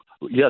Yes